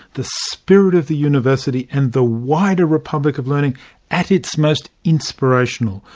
the spirit of the university and the wider republic of learning at its most inspirational.